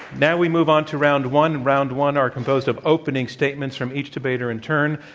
now we move on to round one. round one are composed of opening statements from each debater in turn.